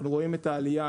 אנחנו רואים את העלייה.